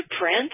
print